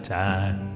time